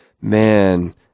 man